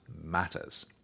matters